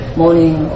morning